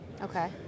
okay